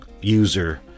user